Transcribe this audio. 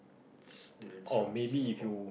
students from Singapore